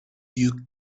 you